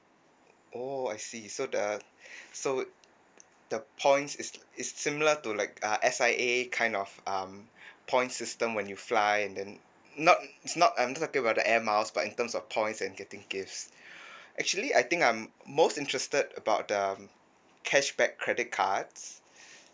oh I see so the so the points is is similar to like uh S_I_A kind of um point system when you fly and then not it's not I'm just talking about the air miles but in terms of points and getting gifts actually I think I'm most interested about the cashback credit cards